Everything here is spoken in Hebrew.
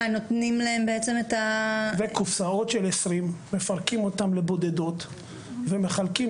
זה קופסאות של 20. מפרקים אותם לבודדות ומחלקים